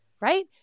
right